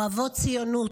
אוהבות ציונות,